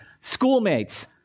schoolmates